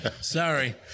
Sorry